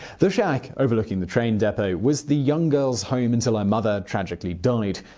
the shack, overlooking the train depot, was the young girl's home until her mother tragically died.